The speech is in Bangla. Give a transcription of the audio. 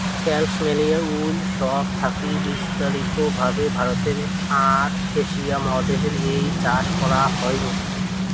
ক্যাসমেয়ার উল সব থাকি বিস্তারিত ভাবে ভারতে আর এশিয়া মহাদেশ এ চাষ করাং হই